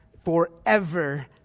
Forever